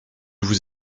vous